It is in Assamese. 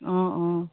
অঁ অঁ